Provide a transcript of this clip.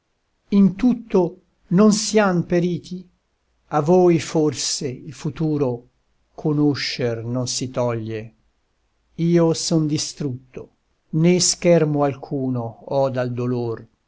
in tutto non siam periti a voi forse il futuro conoscer non si toglie io son distrutto né schermo alcuno ho dal dolor